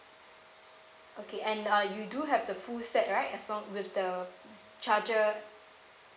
okay and uh you do have the full set right as long with the charger